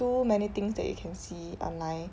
too many things that you can see online